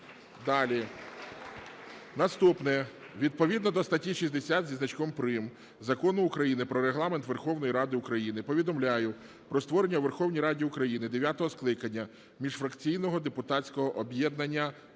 Далі наступне. Відповідно до статті 60 зі значком "прим." Закону України "Про Регламент Верховної Ради України" повідомляю про створення у Верховній Раді України дев'ятого скликання міжфракційного депутатського об'єднання